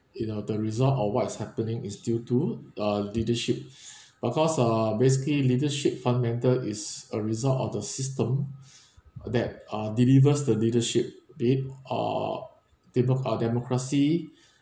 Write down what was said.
you know the result or what is happening is due to uh leadership but cause uh basically leadership fundamental is a result of the system that uh delivers the leadership that ah they broke uh democracy